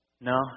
No